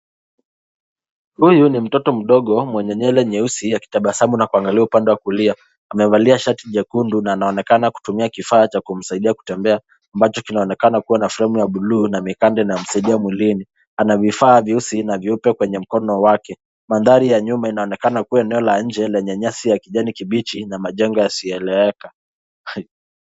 Huyu ni mtoto mdogo mwenye nywele nyeusi akitabasamu na kuangalia upande wa kulia. Amevalia shati nyekundu na anaonekana kutumia kifaa cha kumsaidia kutembea ambacho kinaonekana kuwa na sehemu ya buluu na mikanda inayomsaidia mwilini. Ana vifaa vyeusi na vyeupe kwenye mkono wake. Mandhari ya nyuma inaonekana kuwa eneo la nje lenye nyasi ya kijani kibichi na majengo yasiyoeleweka.